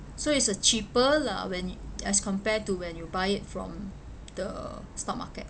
so it's uh cheaper lah when you as compare to when you buy it from the stock market